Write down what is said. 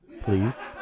Please